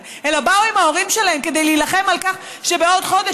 אלא באו עם ההורים שלהם כדי להילחם על כך שבעוד חודש,